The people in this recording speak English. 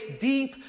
deep